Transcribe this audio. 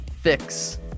fix